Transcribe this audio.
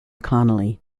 connolly